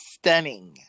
Stunning